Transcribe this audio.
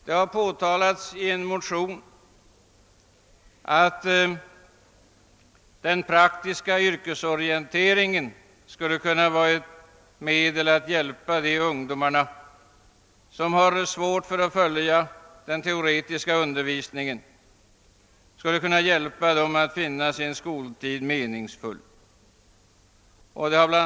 Det har påtalats i en motion att den praktiska = yrkesorienteringen «skulle kunna vara ett medel att hjälpa de ungdomar, som har svårt att följa den teoretiska undervisningen, att finna sin skoltid meningsfull. Bl.